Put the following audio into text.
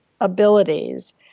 abilities